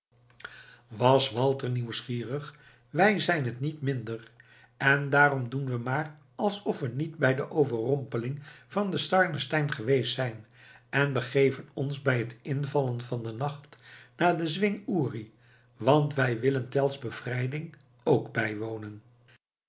was walter nieuwsgierig wij zijn het niet minder en daarom doen we maar alsof we niet bij de overrompeling van den sarnenstein geweest zijn en begeven ons bij het invallen van den nacht naar den zwing uri want wij willen tell's bevrijding ook bijwonen